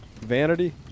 Vanity